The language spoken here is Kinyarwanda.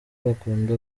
bakunda